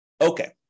Okay